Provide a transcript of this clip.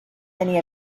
many